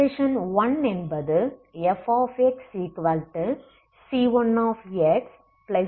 equation என்பது fxc1xc2ஆகும்